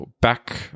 back